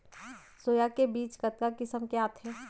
Soya के बीज कतका किसम के आथे?